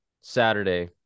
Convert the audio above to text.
Saturday